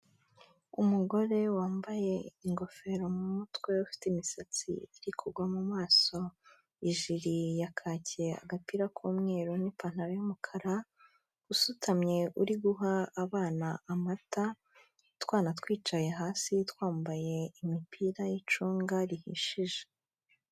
Umugore wambaye ingofero mu mutwe, ufite imisatsi iri kugwa mu maso, ijiri ya kaki, agapira k'umweru n’ipantaro y’umukara, usutamye uri guha abana amata, utwana twicaye hasi twambaye imipira y'icunga rihishije.